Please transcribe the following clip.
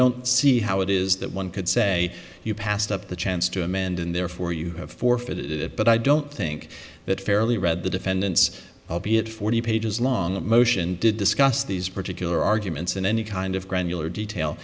don't see how it is that one could say you passed up the chance to amend and therefore you have forfeited it but i don't think that fairly read the defendant's albeit forty pages long motion did discuss these particular arguments in any kind of